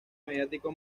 mediático